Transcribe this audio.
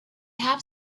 have